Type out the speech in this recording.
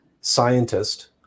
scientist